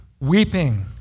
weeping